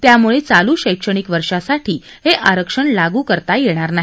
त्यामुळे चालू शैक्षणिक वर्षासाठी हे आरक्षण लागू करता येणार नाही